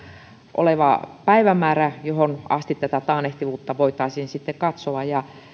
oleva päivämäärä johon asti tätä taannehtivuutta voitaisiin katsoa